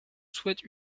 souhaite